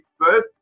first